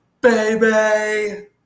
baby